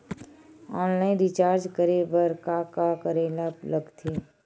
Online recharge करे बर का का करे ल लगथे?